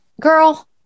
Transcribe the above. girl